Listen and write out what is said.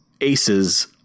Ace's